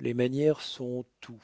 les manières sont tout